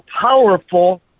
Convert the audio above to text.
powerful